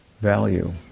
value